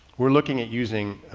we're looking at using